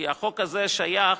כי החוק הזה שייך